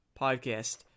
podcast